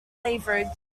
leverage